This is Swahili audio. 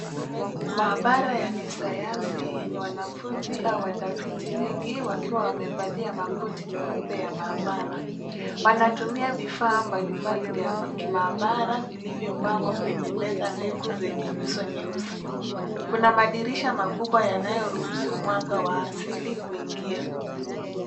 Maabara ya kisayanzi yenye wanafunzi au watafiti wengi wakiwa wamevalia makoti meupe ya maabara. Wanatumia vifaa mbali mbali vya kimaabara vilivyopangwa kwenye meza ndefu zenye nyuso nyeusi. Kuna madirisha makubwa yanayoruhusu mwanga wa asili kuingia